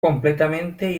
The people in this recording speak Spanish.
completamente